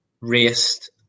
raced